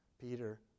Peter